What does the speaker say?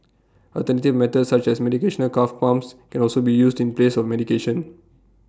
alternative methods such as meditational calf pumps can also be used in place of medication